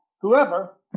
whoever